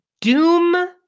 Doom